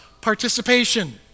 participation